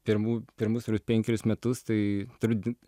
pirmų pirmus penkerius metus tai turiu